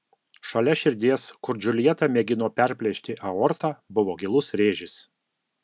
šalia širdies kur džiuljeta mėgino perplėšti aortą buvo gilus rėžis